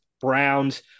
Browns